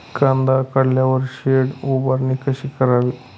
कांदा काढल्यावर शेड उभारणी कशी करावी?